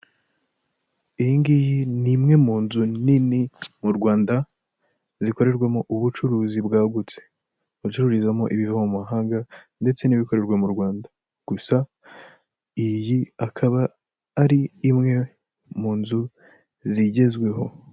Iyi ngiyi ni imwe mu nzu nini mu Rwanda zikorerwamo ubucuruzi bwagutse, bacururizamo ibiva mu mahanga ndetse n'ibikorerwa mu Rwanda gusa, iyi akaba ari imwe munzu zigezweho.